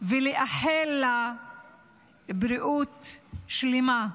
ולאחל לה בריאות שלמה.